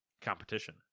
competition